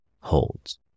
holds